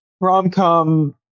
rom-com